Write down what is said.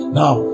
now